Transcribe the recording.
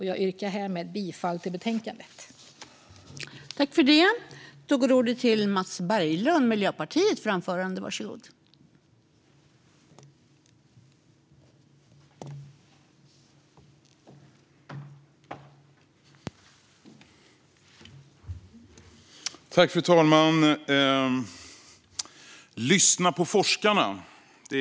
Jag yrkar härmed bifall till utskottets förslag i betänkandet.